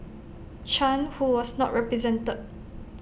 chan who was not represented